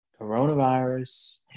coronavirus